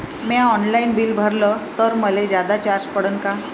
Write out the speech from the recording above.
म्या online bill भरलं तर मले जादा चार्ज पडन का?